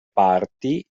parti